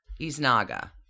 Isnaga